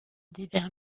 divers